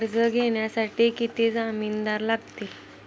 कर्ज घेण्यासाठी किती जामिनदार लागतील?